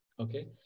okay